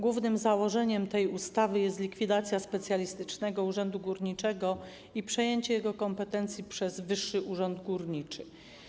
Głównym założeniem tej ustawy jest likwidacja Specjalistycznego Urzędu Górniczego i przejęcie jego kompetencji przez Wyższy Urząd Górniczy.